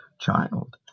child